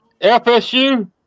FSU